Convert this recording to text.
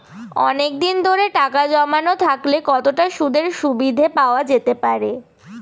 অনেকদিন ধরে টাকা জমানো থাকলে কতটা সুদের সুবিধে পাওয়া যেতে পারে?